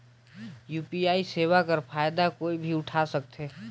UPI सेवा कर फायदा कोई भी उठा सकथे?